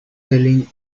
culling